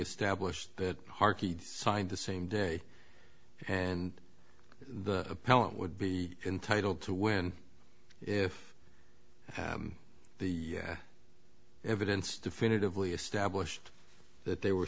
established that harkey signed the same day and the appellant would be entitled to win if the evidence definitively established that they were